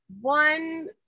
one